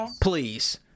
please